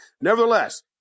Nevertheless